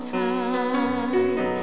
time